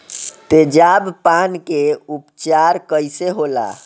तेजाब पान के उपचार कईसे होला?